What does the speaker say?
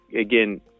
again